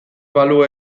balu